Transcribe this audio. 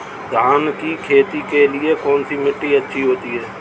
धान की खेती के लिए कौनसी मिट्टी अच्छी होती है?